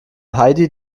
heidi